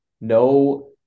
no